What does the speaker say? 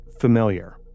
familiar